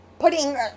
Putting